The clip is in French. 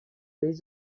les